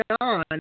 on